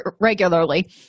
regularly